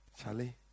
Charlie